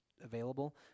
available